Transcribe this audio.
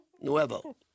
Nuevo